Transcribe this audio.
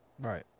Right